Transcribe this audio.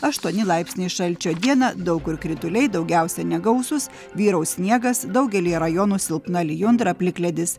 aštuoni laipsniai šalčio dieną daug kur krituliai daugiausia negausūs vyraus sniegas daugelyje rajonų silpna lijundra plikledis